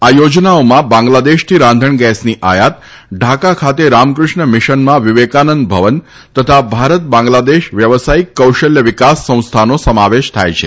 આ યોજનાઓમાં બાંગ્લાદેશથી રાંધણગેસની આયાત ઢાકા ખાતે રામકૃષ્ણ મિશનમાં વિવેકાનંદ ભવન તથા ભારત બાંગ્લાદેશ વ્યવસાયિક કૌશલ્ય વિકાસ સંસ્થાનો સમાવેશ થાય છે